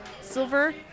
silver